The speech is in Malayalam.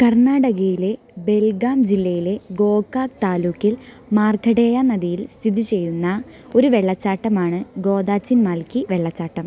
കർണാടകയിലെ ബെൽഗാം ജില്ലയിലെ ഗോകാക് താലൂക്കിൽ മാർക്കണ്ഡേയ നദിയിൽ സ്ഥിതിചെയ്യുന്ന ഒരു വെള്ളച്ചാട്ടമാണ് ഗോദാച്ചിൻമാൽക്കി വെള്ളച്ചാട്ടം